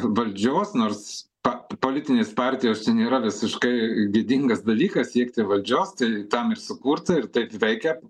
valdžios nors pa politinės partijos čia nėra visiškai gėdingas dalykas siekti valdžios tai tam ir sukurta ir taip veikia